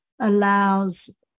allows